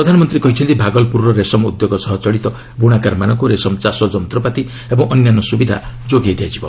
ପ୍ରଧାନମନ୍ତ୍ରୀ କହିଛନ୍ତି ଭାଗଲପ୍ରରର ରେଶମ ଉଦ୍ୟୋଗ ସହ କଡ଼ିତ ବୁଣାକାରମାନଙ୍କୁ ରେଶମ ଚାଷ ଯନ୍ତପାତି ଓ ଅନ୍ୟାନ୍ୟ ସୁବିଧା ଯୋଗାଇ ଦିଆଯିବ